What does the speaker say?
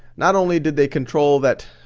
not only did they control that,